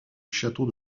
château